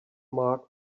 mark